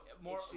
more